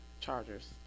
Chargers